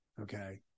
okay